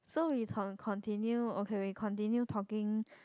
so we talk continue okay we continue talking